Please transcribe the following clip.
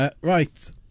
Right